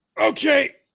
okay